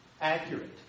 accurate